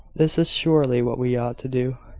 this is surely what we ought to do,